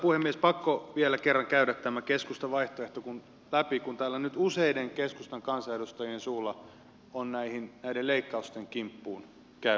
pakko vielä kerran käydä tämä keskustan vaihtoehto läpi kun täällä nyt useiden keskustan kansanedustajien suulla on näiden leikkausten kimppuun käyty